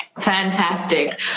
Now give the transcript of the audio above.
Fantastic